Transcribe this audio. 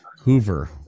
Hoover